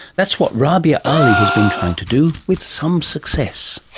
that's what rabia ali has been trying to do, with some success.